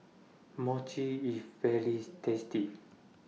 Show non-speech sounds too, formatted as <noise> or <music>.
Mochi IS very <unintelligible> tasty